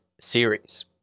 series